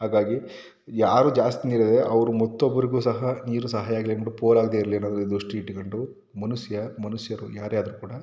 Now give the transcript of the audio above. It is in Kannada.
ಹಾಗಾಗಿ ಯಾರು ಜಾಸ್ತಿ ನೀರಿದೆ ಅವರು ಮತ್ತೊಬ್ಬರಿಗೂ ಸಹ ನೀರು ಸಹಾಯ ಆಗಲಿ ಅಂದ್ಬಿಟ್ಟು ಪೋಲಾಗದೇ ಇರಲಿ ಅನ್ನೋ ದೃಷ್ಟಿ ಇಟ್ಕೊಂಡು ಮನುಷ್ಯ ಮನುಷ್ಯರು ಯಾರೇ ಆದರೂ ಕೂಡ